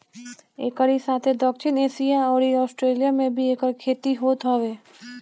एकरी साथे दक्षिण एशिया अउरी आस्ट्रेलिया में भी एकर खेती होत हवे